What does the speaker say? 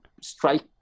strike